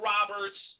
Roberts